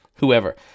Whoever